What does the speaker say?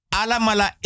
alamala